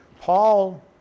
Paul